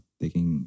taking